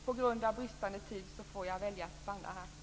På grund av brist på taletid får jag välja att stanna här.